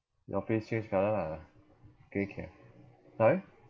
your face change colour lah geh kiang sorry